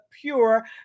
pure